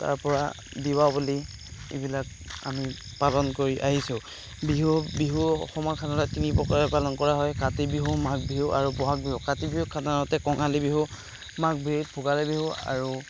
তাৰপৰা দীপাৱলী এইবিলাক আমি পালন কৰি আহিছোঁ বিহু বিহু অসমত সাধাৰণতে তিনি প্ৰকাৰে পালন কৰা হয় কাতি বিহু মাঘ বিহু আৰু ব'হাগ বিহু কাতি বিহুক সাধাৰণতে কঙালী বিহু মাঘ বিহুক ভোগালী বিহু আৰু